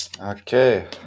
Okay